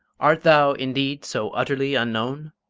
art thou, indeed, so utterly unknown?